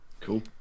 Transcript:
cool